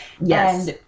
yes